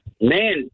man